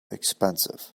expensive